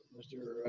mr.